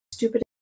Stupid